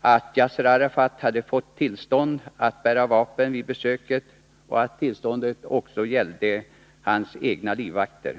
att Yasser Arafat hade fått tillstånd att bära vapen vid besöket och att tillståndet också gällde hans egna livvakter.